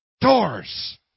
doors